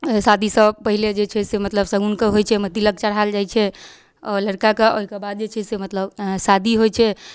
शादीसँ पहिले जे छै से मतलब शगुनके होइ छै तिलक चढ़ाएल जाइ छै आओर लड़काके ओहिकेबाद जे छै से मतलब शादी होइ छै